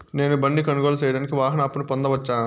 నేను బండి కొనుగోలు సేయడానికి వాహన అప్పును పొందవచ్చా?